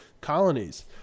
colonies